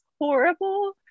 horrible